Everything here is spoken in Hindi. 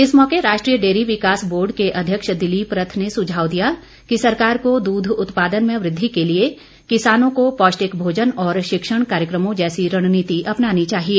इस मौके राष्ट्रीय डेयरी विकास बोर्ड के अध्यक्ष दीलीप रथ ने सुझाव दिया कि सरकार को दूध उत्पादन में वृद्धि के लिए किसानों को पौष्टिक भोजन और शिक्षण कार्यक्रमों जैसी रणनीति अपनानी चाहिए